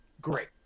Great